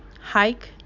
hike